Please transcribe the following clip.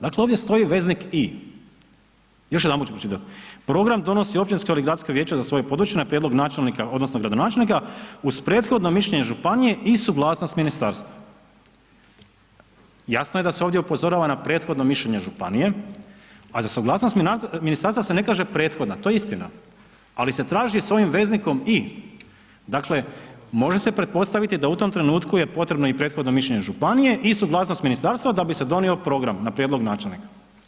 Dakle ovdje stoji veznik i. Još jedanput ću pročitati „Program donosi općinsko ili gradsko vijeće za svoje područje na prijedlog načelnika odnosno gradonačelnika uz prethodno mišljenje županije i suglasnost ministarstva“, jasno je da se ovdje upozorava na prethodno mišljenje županije, a za suglasnost ministarstva se ne kaže prethodna, to je istina, ali se traži s ovim veznikom i. Dakle može se pretpostaviti da u tom trenutku je potrebno i prethodno mišljenje županije i suglasnost ministarstva da bi se donio program na prijedlog načelnika.